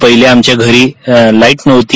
पहिल्या आमच्या घरी लाईट नव्हती